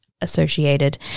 associated